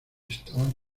estaban